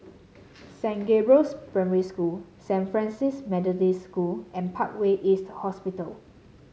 Saint Gabriel's Primary School Saint Francis Methodist School and Parkway East Hospital